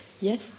Yes